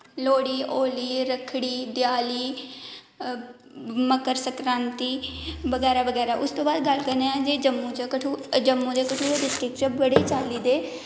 लोह्ड़ी होली रक्खड़ी देआली मकर संक्रांति बगैरा बगैरा उसदे बाद गल्ल करने आं जे जम्मू च जम्मू ते कठुआ डिस्ट्रिक्ट च बड़ी चाल्ली दे